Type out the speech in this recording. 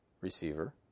receiver